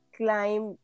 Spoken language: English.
climb